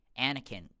Anakin